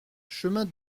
chemin